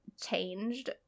changed